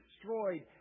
destroyed